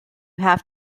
have